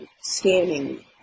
scanning